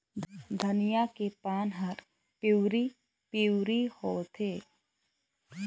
धनिया के पान हर पिवरी पीवरी होवथे?